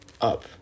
up